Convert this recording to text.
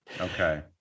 Okay